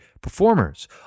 performers